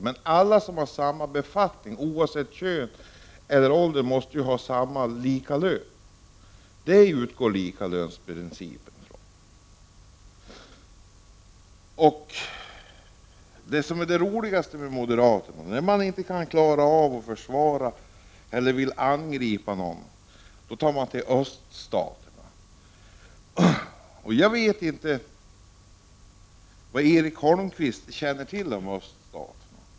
Att alla som har samma befattning, oavsett kön eller ålder, måste ha lika lön, det är vad likalönsprincipen utgår ifrån. När moderater inte klarar av att försvara de egna ståndpunkterna eller själva vill angripa någon, då tar de till öststaterna. Jag vet inte vad Erik Holmkvist känner till om öststaterna.